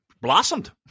blossomed